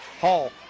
Hall